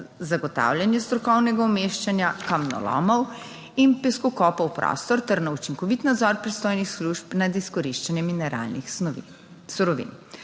zagotavljanje strokovnega umeščanja kamnolomov in peskokopov v prostor ter na učinkovit nadzor pristojnih služb nad izkoriščanjem mineralnih surovin.